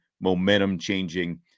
momentum-changing